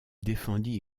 défendit